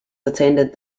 attended